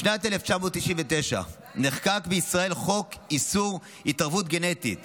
בשנת 1999 נחקק בישראל חוק איסור התערבות גנטית